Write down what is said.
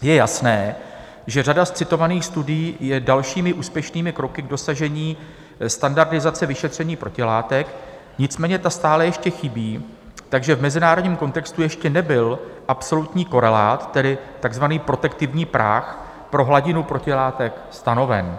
Je jasné, že řada z citovaných studií je dalšími úspěšnými kroky k dosažení standardizace vyšetření protilátek, nicméně ta stále ještě chybí, takže v mezinárodním kontextu ještě nebyl absolutní korelát, tedy takzvaný protektivní práh pro hladinu protilátek stanoven.